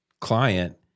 client